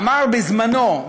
אמר בזמנו,